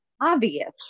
obvious